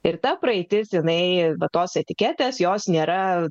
ir ta praeitis jinai bet tos etiketės jos nėra